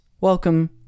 welcome